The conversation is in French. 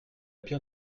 pire